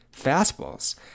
fastballs